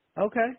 Okay